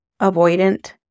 avoidant